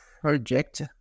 Project